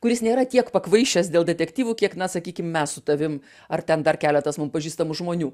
kuris nėra tiek pakvaišęs dėl detektyvų kiek na sakykim mes su tavim ar ten dar keletas mum pažįstamų žmonių